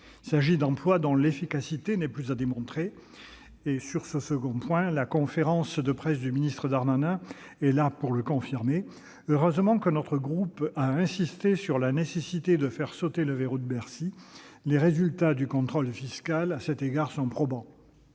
Il s'agit d'emplois dont l'efficacité n'est plus à démontrer. Sur ce second point, la conférence de presse du ministre Darmanin est là pour le confirmer. Heureusement que notre groupe a insisté sur la nécessité de faire sauter le « verrou de Bercy »... À cet égard, les résultats des contrôles fiscaux sont probants.